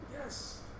Yes